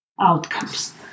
outcomes